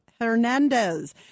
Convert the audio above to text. Hernandez